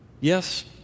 Yes